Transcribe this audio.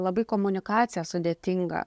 labai komunikacija sudėtinga